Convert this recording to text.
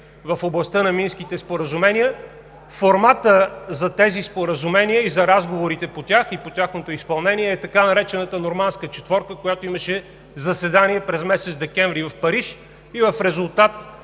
в областта на Минските споразумения. Форматът за тези споразумения, за разговорите по тях и по тяхното изпълнение, е така наречената Нормандска четворка, която имаше заседание през месец декември в Париж. В резултат